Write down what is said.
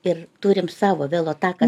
ir turim savo velo taką